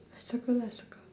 circle lah circle